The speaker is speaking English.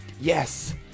yes